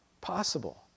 possible